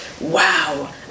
wow